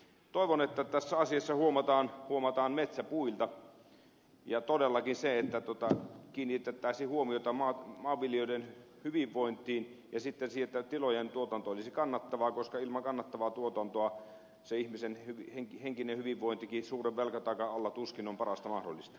toivon että tässä asiassa huomataan metsä puilta ja todellakin kiinnitettäisiin huomiota maanviljelijöiden hyvinvointiin ja sitten siihen että tilojen tuotanto olisi kannattavaa koska ilman kannattavaa tuotantoa se ihmisen henkinen hyvinvointikin suuren velkataakan alla tuskin on parasta mahdollista